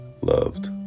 loved